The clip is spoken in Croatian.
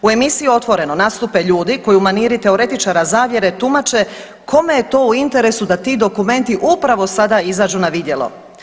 U emisiji Otvoreno nastupe ljudi koji u maniri teoretičara zavjere tumače kome je to u interesu da ti dokumenti upravo sada izađu na vidjelo.